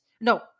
no –